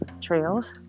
trails